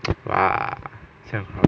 !wah! 这样好